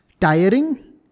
tiring